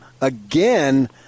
again